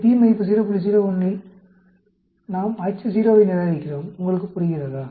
01 இல் நாம் Ho வை நிராகரிக்கிறோம் உங்களுக்கு புரிகிறதா